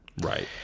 Right